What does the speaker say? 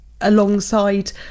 alongside